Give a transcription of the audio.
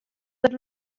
that